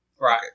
Right